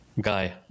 guy